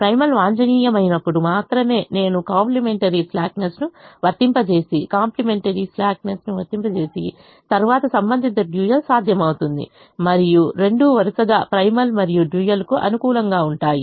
primal వాంఛనీయమైనప్పుడు మాత్రమే నేను కాంప్లిమెంటరీ స్లాక్నెస్ను వర్తింపజేస్తేకాంప్లిమెంటరీ స్లాక్నెస్ను వర్తింపజేసిన తరువాత సంబంధిత డ్యూయల్ సాధ్యమవుతుంది మరియు రెండూ వరుసగా ప్రైమల్ మరియు డ్యూయల్కు అనుకూలంగా ఉంటాయి